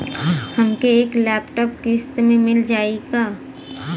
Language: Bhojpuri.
हमके एक लैपटॉप किस्त मे मिल जाई का?